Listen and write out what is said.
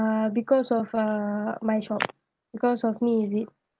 uh because of uh my shop because of me is it